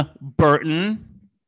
Burton